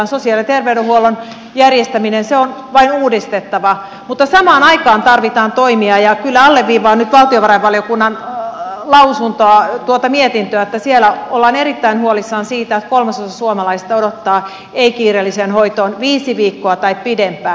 sosiaali ja terveydenhuollon järjestäminen on vain uudistettava mutta samaan aikaan tarvitaan toimia ja kyllä alleviivaan nyt valtiovarainvaliokunnan mietintöä että siellä ollaan erittäin huolissaan siitä että kolmasosa suomalaisista odottaa ei kiireelliseen hoitoon viisi viikkoa tai pidempään